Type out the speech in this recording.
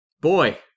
Boy